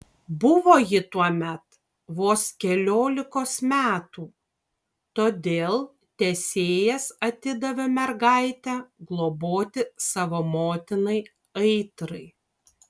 buvo ji tuomet vos keliolikos metų todėl tesėjas atidavė mergaitę globoti savo motinai aitrai